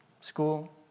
school